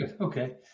Okay